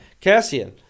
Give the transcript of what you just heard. cassian